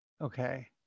okay